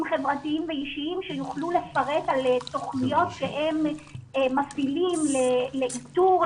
חברתיים ואישיים שיוכלו לפרט על תוכניות שהם מפעלים לאיתור,